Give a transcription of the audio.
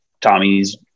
tommy's